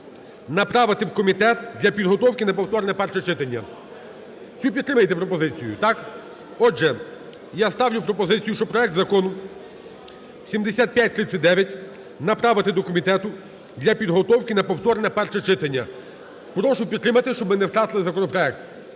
направити в комітет для підготовки на повторне перше читання. Цю підтримаєте пропозицію? Так? Отже, я ставлю пропозицію, що проект Закону 7539 направити до комітету для підготовки на повторне перше читання. Прошу підтримати, щоб ми не втратили законопроект.